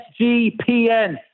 SGPN